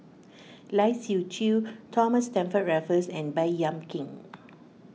Lai Siu Chiu Thomas Stamford Raffles and Baey Yam Keng